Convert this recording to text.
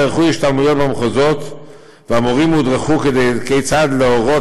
נערכו השתלמויות במחוזות והמורים הודרכו כיצד להורות